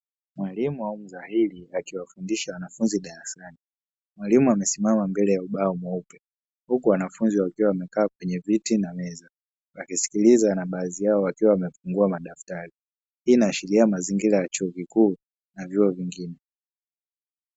Mwalimu au mdhahili akiwa fundisha wanafunzi darasani, mwalimu amesimama mbele ya ubao mweupe huku wanafunzi wakiwa wamekaaa kwenye viti na meza, wakisikiliza na baadhi yao wakiwa wamefungua madaftari hii inaashiria mazingira ya chuo kikuu na vyuo vingine.